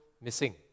missing